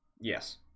yes